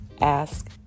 Ask